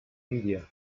media